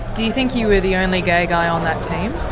do you think you were the only gay guy on that team?